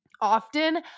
Often